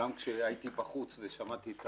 כשהייתי בחוץ ושמעתי את